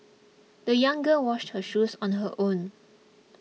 the young girl washed her shoes on her own